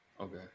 Okay